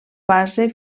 fase